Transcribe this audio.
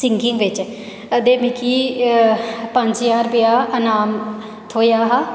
singing बिच ते मिगी पंज ज्हार रपे ईनाम थ्होआ हा